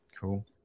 Cool